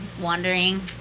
wandering